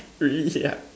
really yeah